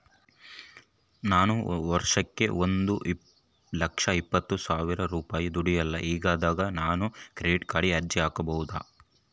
ನಾನು ವರ್ಷಕ್ಕ ಒಂದು ಲಕ್ಷ ಇಪ್ಪತ್ತು ಸಾವಿರ ರೂಪಾಯಿ ದುಡಿಯಲ್ಲ ಹಿಂಗಿದ್ದಾಗ ನಾನು ಕ್ರೆಡಿಟ್ ಕಾರ್ಡಿಗೆ ಅರ್ಜಿ ಹಾಕಬಹುದಾ?